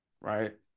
Right